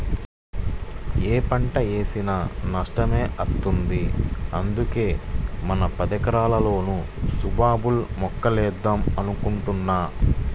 యే పంట వేసినా నష్టమే వత్తంది, అందుకే మన పదెకరాల్లోనూ సుబాబుల్ మొక్కలేద్దాం అనుకుంటున్నా